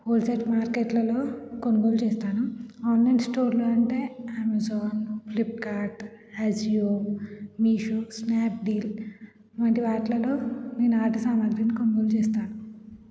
wholesale మార్కెట్లలో కొనుగోలు చేస్తాను ఆన్లైన్ స్టోర్లు అంటే అమెజాన్ ఫ్లిప్కార్ట్ అజియో మీషో స్నాప్డీల్ వంటి వాటిలో నేను ఆర్ట్ సామాగ్రిని కొనుగోలు చేస్తాను